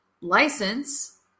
license